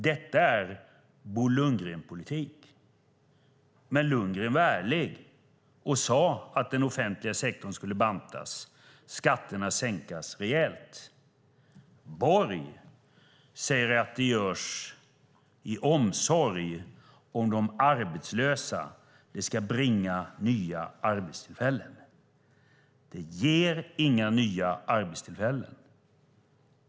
Detta är Bo Lundgren-politik, men Lundgren var ärlig och sade att den offentliga sektorn skulle bantas och skatterna sänkas rejält. Borg säger att det görs av omsorg om de arbetslösa och att det ska ge nya arbetstillfällen. Det ger inga nya arbetstillfällen.